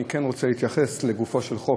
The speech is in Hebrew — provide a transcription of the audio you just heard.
אני כן רוצה להתייחס לגופו של חוק,